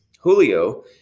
Julio